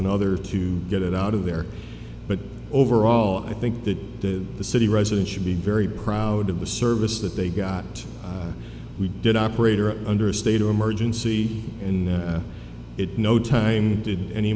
another to get it out of there but overall i think that the city residents should be very proud of the service that they got we did operator under a state of emergency in it no time did any